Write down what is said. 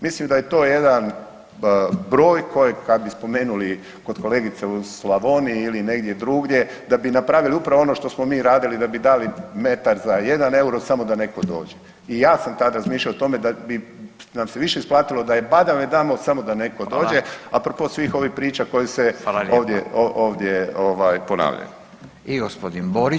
Mislim da je to jedan broj kojeg, kad bi spomenuli kod kolegice u Slavoniji ili negdje drugdje, da bi napravili upravo ono što smo mi radili da bi dali metar za 1 eura, samo da netko dođe i ja sam tad razmišljao o tome da bi nam se više isplatilo da badave damo samo da netko dođe [[Upadica: Hvala.]] apropo svih ovih priča koje se [[Upadica: Hvala lijepa.]] ovdje ovaj ponavljaju.